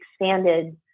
expanded